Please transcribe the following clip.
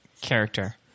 character